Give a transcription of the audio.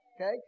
Okay